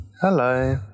hello